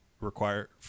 require